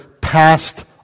passed